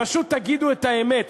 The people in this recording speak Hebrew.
פשוט תגידו את האמת.